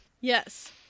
yes